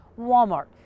Walmart